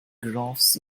graphs